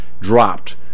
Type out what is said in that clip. dropped